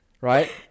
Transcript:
right